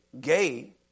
gay